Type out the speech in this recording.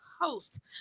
host